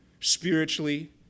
spiritually